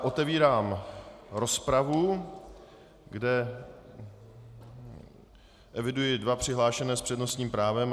Otevírám rozpravu, kde eviduji dva přihlášené s přednostním právem.